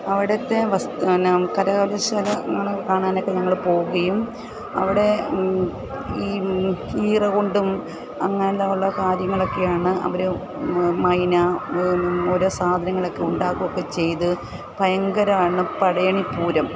അവിടുത്തെ എന്നാ കരകൗശലങ്ങൾ കാണാനൊക്കെ ഞങ്ങൾ പോവുകയും അവിടെ ഈ ഈറ കൊണ്ടും അങ്ങനെ ഉള്ള കാര്യങ്ങളൊക്കെയാണ് അവർ മൈന ഓരോ സാധനങ്ങളൊക്കെ ഉണ്ടാക്കുകയൊക്കെ ചെയ്ത് ഭയങ്കരം ആണ് പടയണിപ്പൂരം